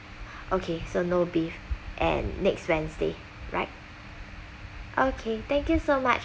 okay so no beef and next wednesday right okay thank you so much